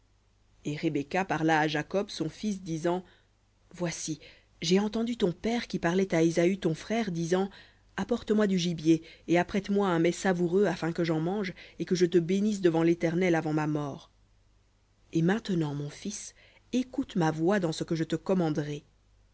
et rebecca parla à jacob son fils disant voici j'ai entendu ton père qui parlait à ésaü ton frère disant apporte-moi du gibier et apprête moi un mets savoureux afin que j'en mange et que je te bénisse devant l'éternel avant ma mort et maintenant mon fils écoute ma voix dans ce que je te commanderai